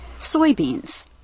Soybeans